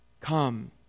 come